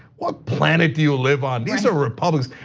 what planet do you live on? these are republicans.